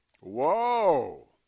Whoa